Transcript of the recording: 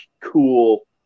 cool